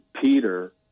Peter